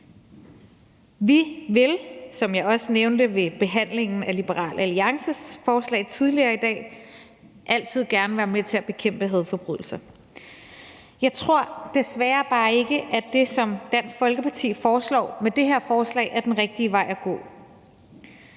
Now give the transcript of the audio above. Vi vil, som jeg også nævnte ved behandlingen af Liberal Alliances forslag tidligere i dag, altid gerne være med til at bekæmpe hadforbrydelser. Jeg tror desværre bare ikke, at det, som Dansk Folkeparti foreslår med det her forslag, er den rigtige vej at gå.